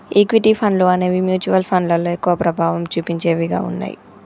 equity ఫండ్లు అనేవి mutual ఫండ్లలో ఎక్కువ ప్రభావం చుపించేవిగా ఉన్నయ్యి